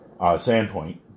Sandpoint